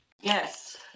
yes